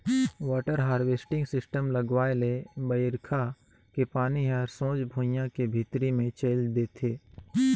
water harvesting system लगवाए ले बइरखा के पानी हर सोझ भुइयां के भीतरी मे चइल देथे